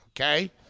Okay